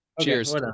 Cheers